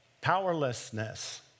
Powerlessness